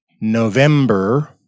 November